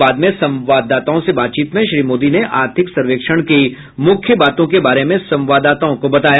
बाद में संवाददाताओं से बातचीत में श्री मोदी ने आर्थिक सर्वेक्षण की मुख्य बातों के बारे में संवाददाताओं को बताया